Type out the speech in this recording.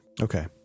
Okay